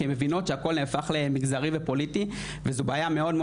כי הם מבינות שהכול נהפך למגזרי ופוליטי וזו בעיה מאוד מאוד